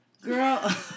girl